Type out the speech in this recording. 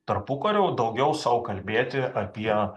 tarpukariu daugiau sau kalbėti apie